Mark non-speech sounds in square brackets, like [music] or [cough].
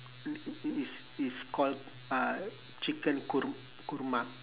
[noise] is is called uh chicken kor~ korma